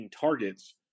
targets